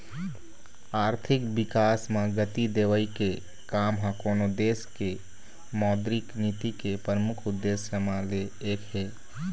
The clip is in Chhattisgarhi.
आरथिक बिकास म गति देवई के काम ह कोनो देश के मौद्रिक नीति के परमुख उद्देश्य म ले एक हे